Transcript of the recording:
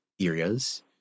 areas